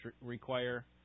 require